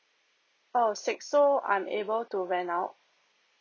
oh six so I'm able to rent out